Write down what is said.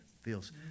feels